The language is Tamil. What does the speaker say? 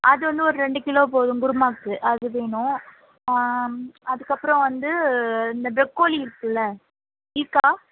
அது வந்து ஒரு ரெண்டு கிலோ போதும் குருமாவுக்கு அது வேணும் அதுக்கப்புறம் வந்து இந்த புரக்கோலி இருக்குள்ள இருக்கா